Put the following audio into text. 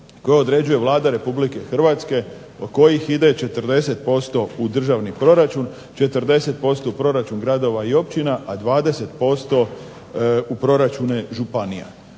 koje određuje Vlada Republike Hrvatske od kojih ide 40% u državni proračun, 40% u proračun gradova i općina, a 20% u proračune županije.